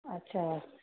اچھا